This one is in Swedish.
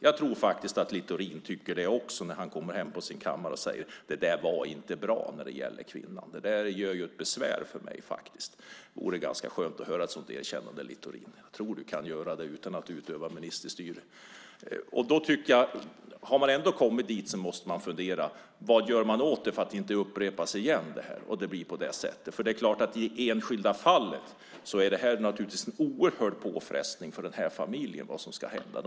Jag tror faktiskt att Littorin tycker det också när han kommer hem och sitter på sin kammare. Då säger han: Det var inte bra när det gällde kvinnan. Det där är faktiskt besvärligt för mig. Det vore ganska skönt att höra ett sådant erkännande, Littorin. Jag tror att du kan göra det utan att utöva ministerstyre. Och har man ändå kommit dit måste man fundera över vad man ska göra åt det så att det inte upprepas. I det enskilda fallet är det här naturligtvis en oerhörd påfrestning för familjen. Vad ska hända?